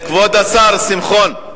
כבוד השר שמחון,